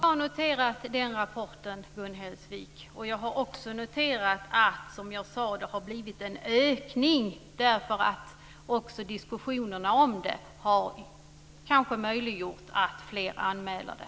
Herr talman! Jag har noterat den rapporten, Gun Hellsvik, och jag har också noterat att det har blivit en ökning därför att också diskussionerna om detta har möjliggjort att fler anmäler det.